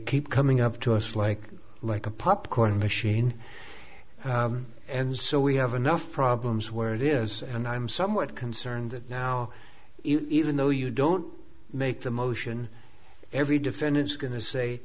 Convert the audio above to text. keep coming up to us like like a popcorn machine and so we have enough problems where it is and i'm somewhat concerned that now even though you don't make the motion every defendant